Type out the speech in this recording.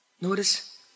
Notice